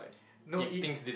no it